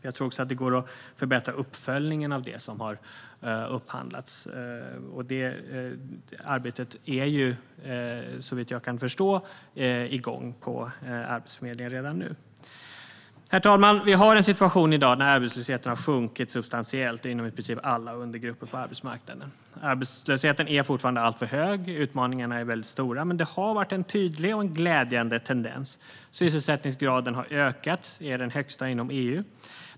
Jag tror också att det går att förbättra uppföljningen av det som har upphandlats. Det arbetet är ju, såvitt jag kan förstå, igång på Arbetsförmedlingen redan nu. Herr talman! Det råder en situation i dag där arbetslösheten har sjunkit substantiellt inom i princip alla undergrupper på arbetsmarknaden. Arbetslösheten är fortfarande alltför hög, och utmaningarna är stora. Men det har varit en tydlig och glädjande tendens. Sysselsättningsgraden har ökat. Den är den högsta inom EU.